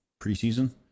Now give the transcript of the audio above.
preseason